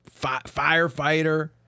Firefighter